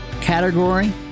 category